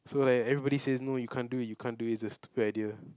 so like everybody says no you can't do it you can't do it it's a stupid idea